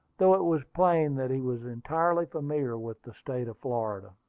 though it was plain that he was entirely familiar with the state of florida.